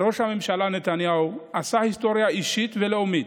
ראש הממשלה נתניהו עשה היסטוריה אישית ולאומית.